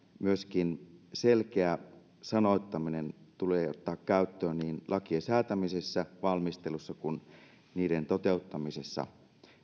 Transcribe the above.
myöskin selkeä sanoittaminen tulee ottaa käyttöön niin lakien säätämisessä valmistelussa kuin niiden toteuttamisessa